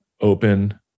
open